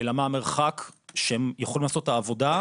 אלא מה המרחק שהם יכולים לעשות את העבודה?